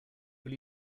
will